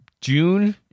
June